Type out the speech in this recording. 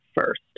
first